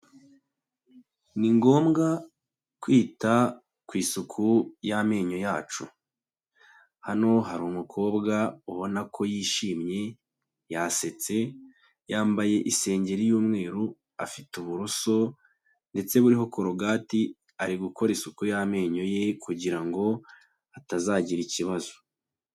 Ni ngombwa kwita ku isuku y'amenyo yacu, hano hari umukobwa ubona ko yishimye yasetse, yambaye isengeri y'umweru afite uburoso ndetse buriho korogati, ari gukora isuku y'amenyo ye kugira ngo atazagira ikibazo.